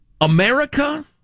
america